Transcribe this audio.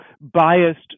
biased